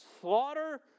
slaughter